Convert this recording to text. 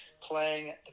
playing